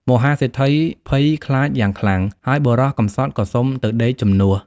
មហាសេដ្ឋីភ័យខ្លាចយ៉ាងខ្លាំង ហើយបុរសកំសត់ក៏សុំទៅដេកជំនួស។